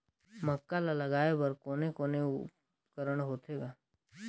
मक्का ला लगाय बर कोने कोने उपकरण होथे ग?